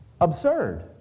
absurd